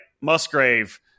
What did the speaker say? Musgrave